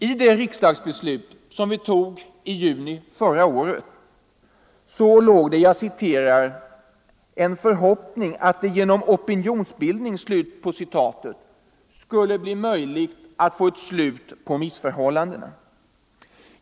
I det riksdagsuttalande som vi antog i juni förra året låg en förhoppning att ”det genom opinionsbildning” skulle bli möjligt att få ett slut på missförhållandena.